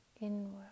inward